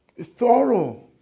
Thorough